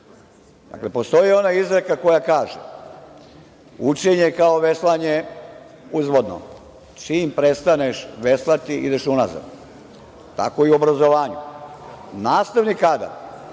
Postoji ona izreka koja kaže – učenje je kao veslanje uzvodno, čim prestaneš veslati, ideš unazad. Tako je i obrazovanje. Nastavni kadar